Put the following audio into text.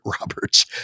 Roberts